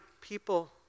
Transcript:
people